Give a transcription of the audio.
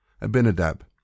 Abinadab